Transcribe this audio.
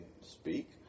speak